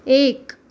एक